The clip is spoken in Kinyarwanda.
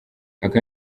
ako